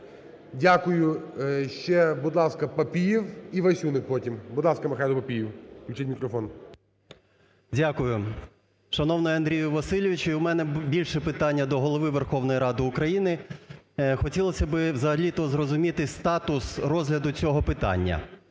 Дякую. Ще, будь ласка, Папієв і Васюник потім. Будь ласка, Михайло Папієв, включіть мікрофон. 11:29:14 ПАПІЄВ М.М. Дякую. Шановний Андрію Васильовичу! У мене більше питання до Голови Верховної Ради України. Хотілося б взагалі-то зрозуміти статус розгляду цього питання.